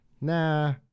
nah